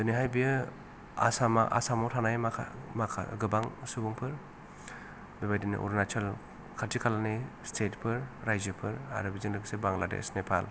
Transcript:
दिनैहाय बेयो आसामाव थानाय गोबां सुबुंफोर बेबादिनो अरुणाचल खाथि खालानि स्टेट फोर राज्योफोर आरो बेजों लोगोसे बांलादेश नेपाल